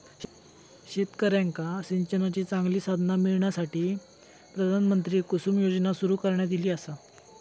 शेतकऱ्यांका सिंचनाची चांगली साधना मिळण्यासाठी, प्रधानमंत्री कुसुम योजना सुरू करण्यात ईली आसा